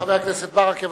חבר הכנסת ברכה.